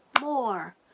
more